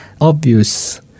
obvious